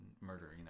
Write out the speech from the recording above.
murdering